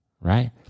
right